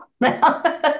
now